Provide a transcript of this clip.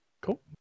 Cool